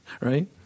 right